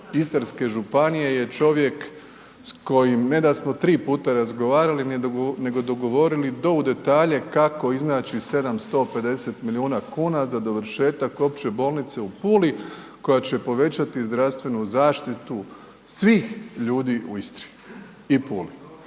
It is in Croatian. Istarske županije je čovjek s kojim ne da smo tri puta razgovarali nego dogovorili u do u detalje kako iznaći 750 milijuna kuna za dovršetak Opće bolnice u Puli koja će povećati zdravstvenu zaštitu u Istri i Puli.